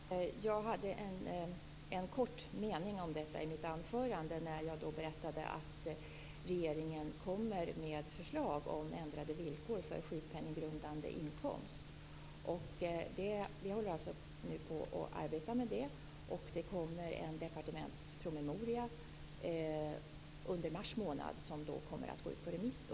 Herr talman! Jag hade en kort mening om detta i mitt anförande när jag berättade att regeringen kommer att lägga fram förslag om ändrade villkor för sjukpenninggrundande inkomst. Vi håller nu på att arbeta med det, och det kommer under mars månad en departementspromemoria, som kommer att gå ut på remiss.